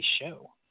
show